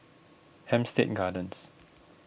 Hampstead Gardens